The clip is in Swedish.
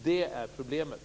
Det är problemet.